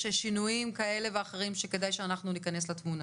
שינויים כאלה ואחרים שכדאי שאנחנו ניכנס לתמונה.